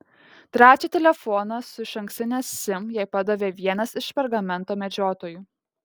trečią telefoną su išankstine sim jai padavė vienas iš pergamento medžiotojų